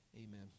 Amen